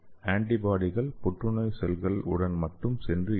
ஆன்டிபாடிகள் புற்றுநோய் செல்கள் உடன் மட்டும் சென்று இணையும்